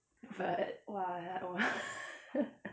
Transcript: but !wah!